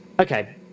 Okay